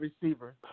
receiver